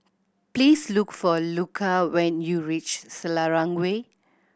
please look for Luca when you reach Selarang Way